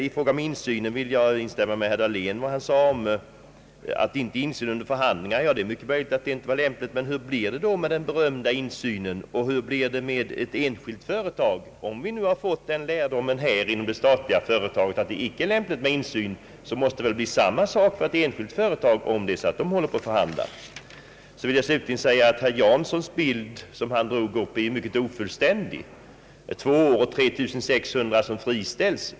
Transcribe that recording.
I fråga om insynen vill jag instämma med herr Dahlén. Det är mycket möjligt att det inte var lämpligt med insyn under förhandlingarna. Men hur blir det med den berömda insynen, och hur blir det med ett enskilt företag? Om vi har fått den lärdomen inom det statliga företaget att det icke är lämpligt med insyn, måste det vid förhandlingar bli på samma sätt för ett enskilt företag. Den bild som herr Jansson drog upp är mycket ofullständig. Det gäller två år, och det är 3600 som friställs.